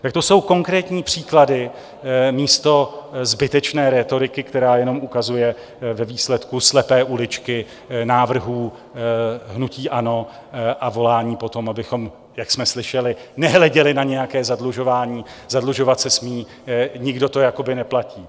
Tak to jsou konkrétní příklady místo zbytečné rétoriky, která jenom ukazuje ve výsledku slepé uličky návrhů hnutí ANO a volání po tom, abychom, jak jsme slyšeli, nehleděli na nějaké zadlužování zadlužovat se smí, nikdo to jakoby neplatí.